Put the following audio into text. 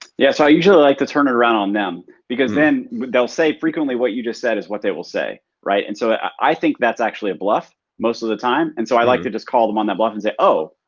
yeah, so i usually like to turn it around on them because then they'll say frequently what you just said is what they will say, right? and so i think that's actually a bluff most of the time and so i like to just call them on that bluff and say, oh,